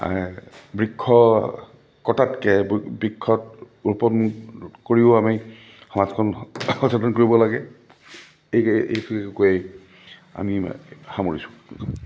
বৃক্ষ কটাতকৈ বৃক্ষত ৰোপন কৰিও আমি সমাজখন সচেতন কৰিব লাগে এই এই কৈয়ে আমি সামৰিছোঁ